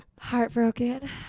Heartbroken